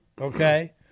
Okay